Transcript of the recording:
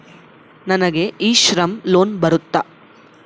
ನನಗೆ e Shram loan ಬರುತ್ತಾ?